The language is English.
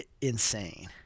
insane